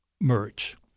merge